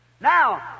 now